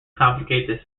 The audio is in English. complicate